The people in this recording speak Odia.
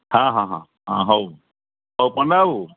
ହଁ ହଁ ହଁ ହଁ ହଉ ହଉ ପଣ୍ଡା ବାବୁ